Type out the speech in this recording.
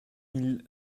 mille